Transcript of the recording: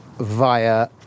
via